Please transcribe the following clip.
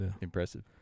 Impressive